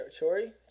Chori